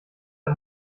der